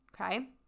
Okay